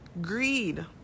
greed